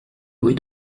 rue